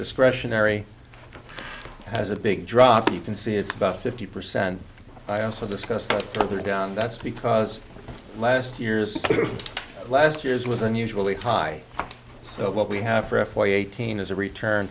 discretionary has a big drop you can see it's about fifty percent i also discussed her down that's because last year's last year's was unusually high so what we have for f y eighteen is a return